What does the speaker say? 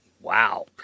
Wow